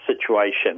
situation